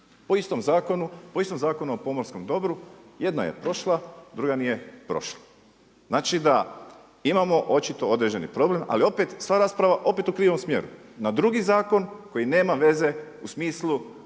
po istom Zakonu o pomorskom dobru, jedna je prošla, druga nije prošla, znači da imamo očito određeni problemi, ali opet, sva rasprava opet u krivom smjeru, na drugi zakon koji nema veze u smislu